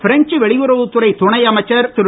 French வெளியுறவுத் துறை துணை அமைச்சர் திரு